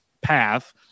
path